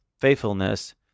faithfulness